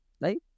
Right